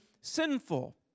sinful